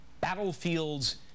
Battlefields